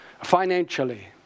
financially